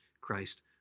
Christ